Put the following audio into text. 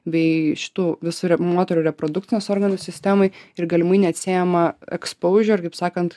bei šitų vis yra moterų reproduktinis organų sistemoj ir galimai neatsiejama eks použiūr kaip sakant